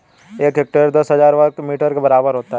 एक हेक्टेयर दस हजार वर्ग मीटर के बराबर होता है